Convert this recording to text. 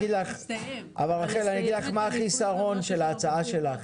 מה החיסרון של ההצעה שלך.